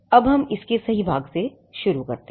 अब हम इसके सही भाग से शुरू करते हैं